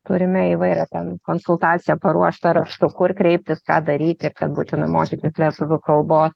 turime įvairią ten konsultaciją paruoštą raštu kur kreiptis ką daryti ir kad būtina mokytis lietuvių kalbos